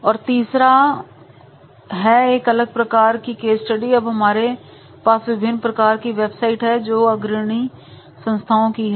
और तीसरा है एक अलग प्रकार की केस स्टडी अब हमारे पास विभिन्न प्रकार की वेबसाइट है जो अग्रणी संस्थाओं की हैं